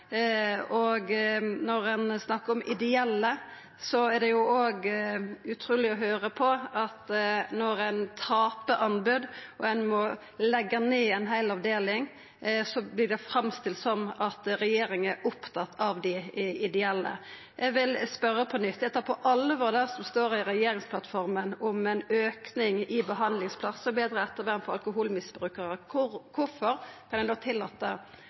snakkar om ideelle, er det utruleg å høyra at når ein taper anbod og må leggja ned ei heil avdeling, vert det framstilt som om regjeringa er opptatt av dei ideelle. Eg vil spørja på nytt. Eg tar på alvor det som står i regjeringsplattforma om ein auke i talet på behandlingsplassar og betre ettervern for alkoholmisbrukarar. Kvifor kan ein